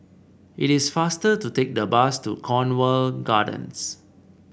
it is faster to take the bus to Cornwall Gardens